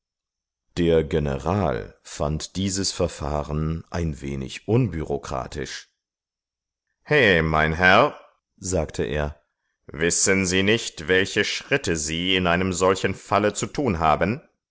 der general fand dieses verfahren ein wenig unbürokratisch he mein herr sagte er wissen sie nicht welche schritte sie in einem solchen falle zu tun haben